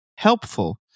Helpful